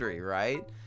right